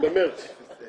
את הנושא, יש סוגיות,